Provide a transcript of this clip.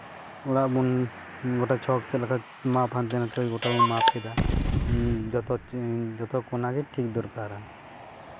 ᱚᱲᱟᱜ ᱵᱚᱱ ᱜᱳᱴᱟ ᱪᱷᱚᱠ ᱪᱮᱫ ᱞᱮᱠᱟ ᱢᱟᱯ ᱦᱟᱱᱛᱮ ᱱᱟᱛᱮ ᱜᱳᱴᱟᱵᱚᱱ ᱢᱟᱯ ᱠᱮᱫᱟ ᱡᱚᱛ ᱠᱚᱱᱟᱜᱮ ᱴᱷᱤᱠ ᱫᱚᱨᱠᱟᱨᱟ